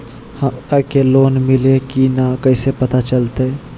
हमरा के लोन मिल्ले की न कैसे पता चलते?